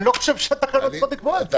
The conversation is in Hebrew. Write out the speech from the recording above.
אני לא חושב שהתקנות צריכות לקבוע את זה.